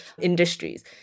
industries